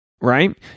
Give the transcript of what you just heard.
Right